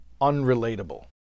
unrelatable